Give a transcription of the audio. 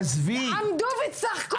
עמדו וצחקו!